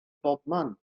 bobman